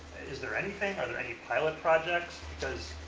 is there anything? are there any pilot projects? because